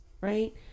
right